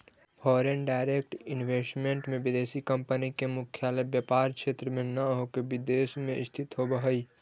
foreign direct investment में विदेशी company के मुख्यालय व्यापार क्षेत्र में न होके विदेश में स्थित होवऽ हई